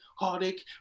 heartache